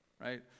right